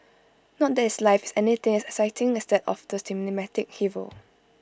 not that his life is anything as exciting as that of the cinematic hero